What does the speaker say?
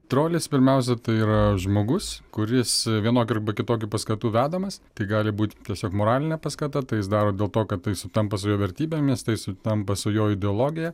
trolis pirmiausia tai yra žmogus kuris vienokių arba kitokių paskatų vedamas tik gali būti tiesiog moralinė paskata tai jis daro dėl to kad tai sutampa su jo vertybėmis tai sutampa su jo ideologija